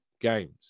games